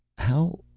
how.